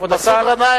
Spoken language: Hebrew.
כבוד השר.